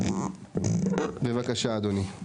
בבקשה אדוני.